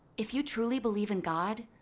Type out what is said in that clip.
if you truly believe in god,